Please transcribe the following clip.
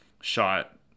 shot